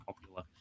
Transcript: popular